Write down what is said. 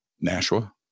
Nashua